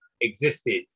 existed